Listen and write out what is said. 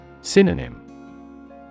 Synonym